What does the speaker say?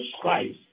Christ